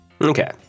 Okay